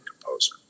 composer